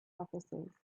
officers